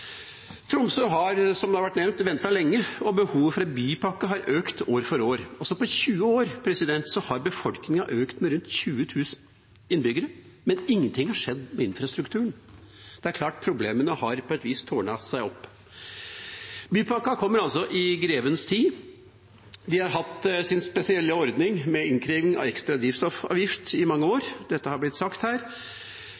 Tromsø har, som det har vært nevnt, ventet lenge, og behovet for en bypakke har økt år for år. På 20 år har befolkningen økt med rundt 20 000 innbyggere, men ingenting har skjedd med infrastrukturen. Det er klart at problemene har på et vis tårnet seg opp. Bypakka kommer i grevens tid. De har hatt sin spesielle ordning med innkreving av ekstra drivstoffavgift i mange år.